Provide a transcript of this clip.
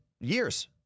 years